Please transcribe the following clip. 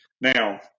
Now